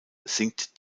sinkt